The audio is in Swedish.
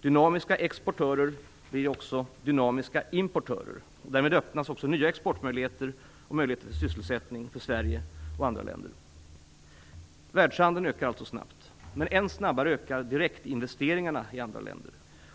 Dynamiska exportörer är också dynamiska importörer. Därmed öppnas också nya exportmöjligheter och möjligheter till sysselsättning för Sverige och andra länder. Världshandeln ökar alltså snabbt. Men ännu snabbare ökar direktinvesteringarna i andra länder.